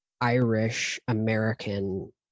Irish-American